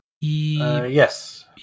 Yes